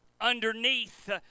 underneath